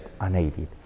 unaided